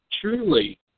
Truly